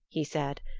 he said,